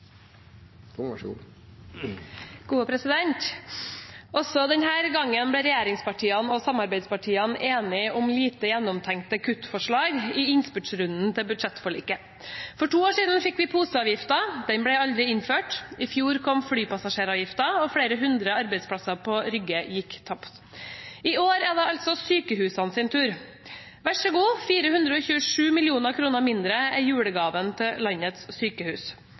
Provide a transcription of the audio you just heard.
to år siden fikk vi poseavgiften, den ble aldri innført. I fjor kom flypassasjeravgiften, og flere hundre arbeidsplasser på Rygge gikk tapt. I år er det altså sykehusenes tur. Vær så god: 427 mill. kr mindre er julegaven til landets sykehus.